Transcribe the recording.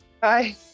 Bye